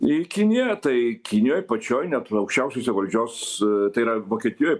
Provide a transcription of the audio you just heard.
į kiniją tai kinijoj pačioj net aukščiausiuose valdžios tai yra vokietijoj